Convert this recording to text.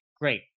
great